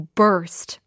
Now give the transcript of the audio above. burst